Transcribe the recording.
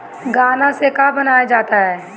गान्ना से का बनाया जाता है?